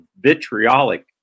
vitriolic